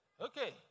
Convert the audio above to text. Okay